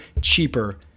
cheaper